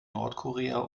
nordkorea